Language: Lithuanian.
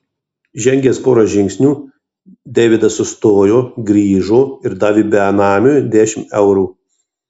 žengęs porą žingsnių davidas sustojo grįžo ir davė benamiui dešimt eurų